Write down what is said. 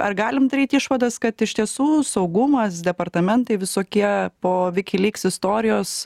ar galim daryt išvadas kad iš tiesų saugumas departamentai visokie po wikileaks istorijos